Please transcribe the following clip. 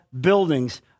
buildings